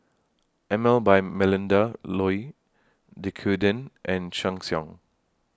Emel By Melinda Looi Dequadin and Sheng Siong